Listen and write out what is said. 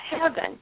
heaven